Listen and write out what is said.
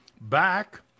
back